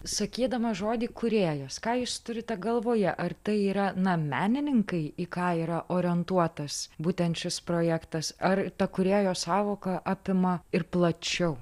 sakydamas žodį kūrėjas ką jūs turite galvoje ar tai yra na menininkai į ką yra orientuotas būtent šis projektas ar ta kūrėjo sąvoka apima ir plačiau